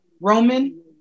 Roman